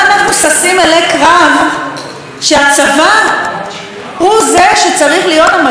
שהצבא הוא זה שצריך להיות המגן האחרון מפני מלחמת ברירה?